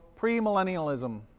premillennialism